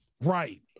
right